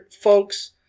Folks